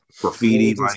Graffiti